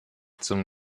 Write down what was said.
zum